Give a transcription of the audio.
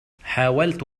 حاولت